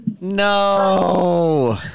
No